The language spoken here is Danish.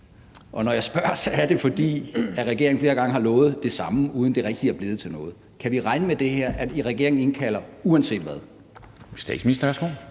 Og når jeg spørger, er det, fordi regeringen flere gange har lovet det samme, uden at det rigtig er blevet til noget. Kan vi regne med det her, altså at regeringen indkalder til